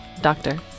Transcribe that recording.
Doctor